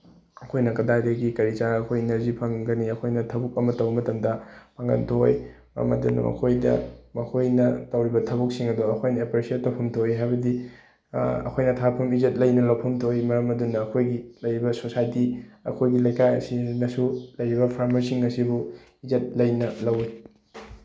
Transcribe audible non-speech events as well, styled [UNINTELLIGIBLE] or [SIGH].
ꯑꯩꯈꯣꯏꯅ ꯀꯗꯥꯏꯗꯒꯤ ꯀꯔꯤ ꯆꯥꯔꯒ ꯑꯩꯈꯣꯏ ꯏꯅꯔꯖꯤ ꯐꯪꯒꯅꯤ ꯑꯩꯈꯣꯏꯅ ꯊꯕꯛ ꯑꯃ ꯇꯧꯔꯨ ꯃꯇꯝꯗ ꯄꯥꯡꯒꯜ ꯊꯣꯛꯑꯣꯏ ꯑꯃꯗꯤ ꯑꯩꯈꯣꯏꯗ ꯃꯈꯣꯏꯅ ꯇꯧꯔꯤꯕ ꯊꯕꯛꯁꯤꯡ ꯑꯗꯣ ꯑꯩꯈꯣꯏꯅ ꯑꯦꯄ꯭ꯔꯤꯁꯦꯠ ꯇꯧꯐꯝ ꯊꯣꯛꯏ ꯍꯥꯏꯕꯗꯤ ꯑꯩꯈꯣꯏꯅ [UNINTELLIGIBLE] ꯏꯖꯠ ꯂꯩꯅ ꯂꯧꯐꯝ ꯊꯣꯛꯏ ꯃꯔꯝ ꯑꯗꯨꯅ ꯑꯩꯈꯣꯏꯒꯤ ꯂꯩꯔꯤꯕ ꯁꯣꯁꯥꯏꯇꯤ ꯑꯩꯈꯣꯏꯒꯤ ꯂꯩꯀꯥꯏ ꯑꯁꯤꯅꯁꯨ ꯂꯩꯔꯤꯕ ꯐꯥꯔꯃꯔꯁꯤꯡ ꯑꯁꯤꯕꯨ ꯏꯖꯠ ꯂꯩꯅ ꯂꯧꯋꯤ